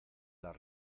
las